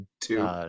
two